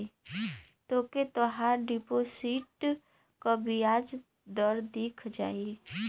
तोके तोहार डिपोसिट क बियाज दर दिख जाई